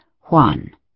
Juan